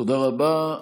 תודה רבה.